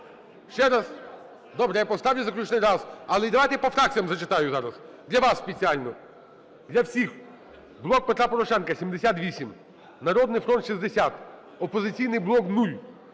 Ще раз? Добре, я поставлю заключний раз. Але і давайте і по фракціях зачитаю зараз для вас спеціально. Для всіх. "Блок Петра Порошенка" – 78, "Народний фронт" – 60, "Опозиційний блок" –